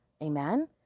Amen